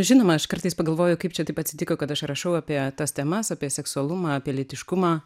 žinoma aš kartais pagalvoju kaip čia taip atsitiko kad aš rašau apie tas temas apie seksualumą apie lytiškumą